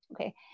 okay